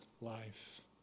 life